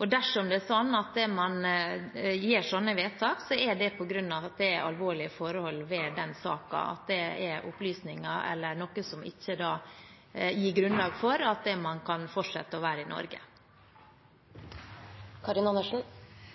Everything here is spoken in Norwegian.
måte. Dersom man gjør slike vedtak, er det på grunn av at det er alvorlige forhold ved den saken, og at det er opplysninger som gjør at det ikke er grunnlag for at man kan fortsette å være i Norge.